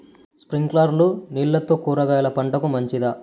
స్ప్రింక్లర్లు నీళ్లతో కూరగాయల పంటకు మంచిదా?